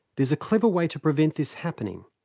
there's a clever way to prevent this happening.